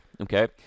okay